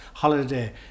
holiday